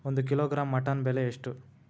ಒಂದು kilogram mutton ಬೆಲೆ ಎಷ್ಟ್?